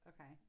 okay